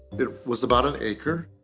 it was about an acre,